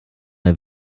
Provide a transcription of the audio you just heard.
der